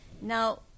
Now